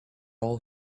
all